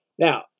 Now